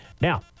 Now